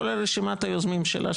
כולל רשימת היוזמים שלה,